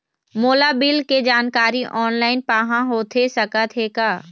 मोला बिल के जानकारी ऑनलाइन पाहां होथे सकत हे का?